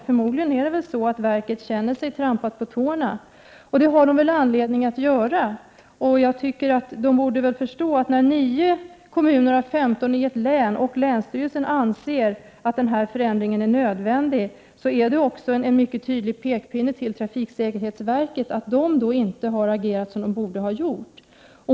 Förmodligen känner man sig på verket trampad på tårna. Det har man väl anledning att göra. På trafiksäkerhetsverket borde man förstå, att när 9 kommuner av 15 i ett län och även länsstyrelsen anser att denna förändring är nödvändig, är det en mycket tydlig pekpinne till trafiksäkerhetsverket att man där inte har agerat som man borde ha gjort.